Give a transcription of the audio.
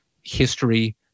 history